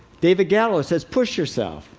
david gallo says, push yourself.